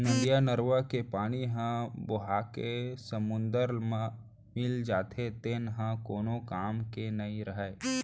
नदियाँ, नरूवा के पानी ह बोहाके समुद्दर म मिल जाथे तेन ह कोनो काम के नइ रहय